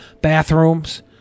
bathrooms